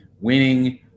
winning